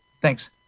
Thanks